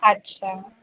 अच्छा